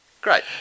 great